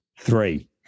Three